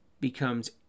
becomes